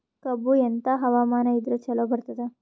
ಕಬ್ಬು ಎಂಥಾ ಹವಾಮಾನ ಇದರ ಚಲೋ ಬರತ್ತಾದ?